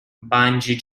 bungee